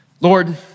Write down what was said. Lord